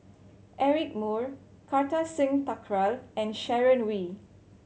Eric Moo Kartar Singh Thakral and Sharon Wee